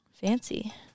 Fancy